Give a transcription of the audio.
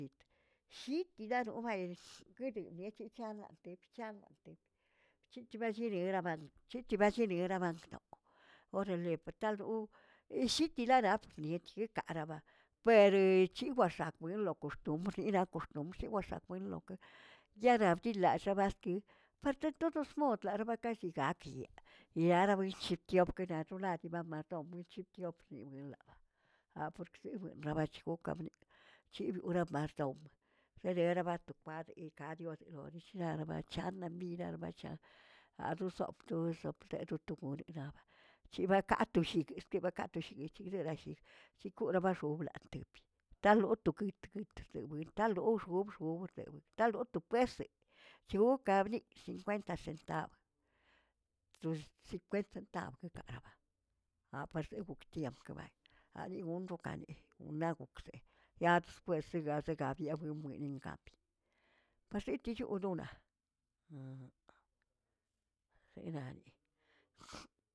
Chit shitidarobaꞌ ers guidi diechich kanla tebrch chalan tebrch, bc̱hechballini nera bachli bchechballini narananktoꞌ, borrele por tal uꞌu illitilanap dietr kaa rabaꞌa puer chiwax̱a wenlo coxtumbr ninaꞌ coxtumbr xewex̱akwenlokex yaraubtidi lallobertb per de todos mod laꞌa rbakalligaꞌa lieꞌ, yara buenchikieꞌ wokenaꞌr tolallit amardom elchichiop chiꞌ weꞌəlabaꞌ, aporkzen labach gookaꞌ bniꞌ chiririomartaob rereratopart eweyaꞌka chios lo dichllianarsꞌ barchana biraꞌnaꞌ bacha adoo sop to- tode- detogon naba chibakaꞌa to shigꞌ edque bakaꞌ to shigꞌ echirerashiꞌ, chikorbaꞌa choblantebr tanlot tokidr- dr de buin tanloꞌoobx obxre taꞌlo to peseꞌe, chookabniꞌ sincuenta centab to sinkwenta tab apagche bugchiambꞌ kabay aringot karay naꞌ gokxzeꞌ yadskwers segazega yawenbueningaꞌa kaxetiichiononaꞌ enani.